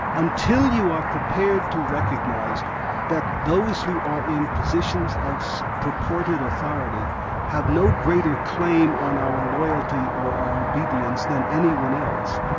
until you are prepared to recognise that those who are in positions of so purported authority have no greater claim on our loyalty or our obedience than anyone else,